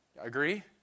Agree